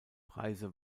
preise